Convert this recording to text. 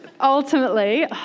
ultimately